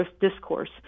discourse